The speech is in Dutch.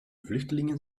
vluchtelingen